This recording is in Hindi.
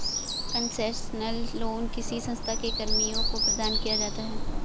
कंसेशनल लोन किसी संस्था के कर्मियों को प्रदान किया जाता है